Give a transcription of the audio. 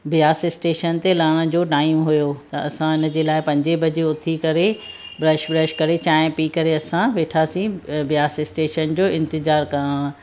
Beas station ते लहण जो टाइम हुयो त असां इन जे लाइ पंजें बजे उथी करे ब्रश व्रश करे चांहि पी करे असां वेठासीं ब्यास स्टेशन जो इंतिज़ारु करणु